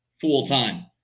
full-time